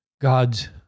God's